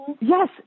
yes